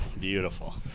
Beautiful